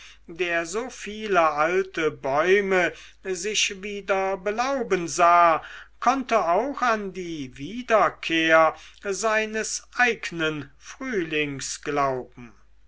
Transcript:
der so viele alte bäume sich wieder belauben sah konnte auch an die wiederkehr seines eignen frühlings